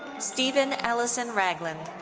steven elison ragland.